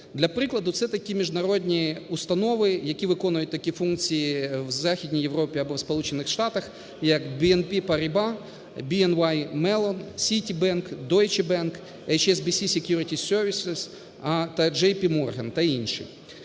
Для прикладу, це такі міжнародні установи, які виконують такі функції в Західній Європі або в Сполучених Штатах, як BNP Paribas, BNW Mellon, Sitibank, DeutscheBank, HSBC Securities Services та JP Morgan та інші.